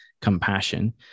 compassion